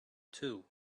too